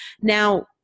Now